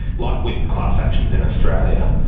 like with class actions in australia,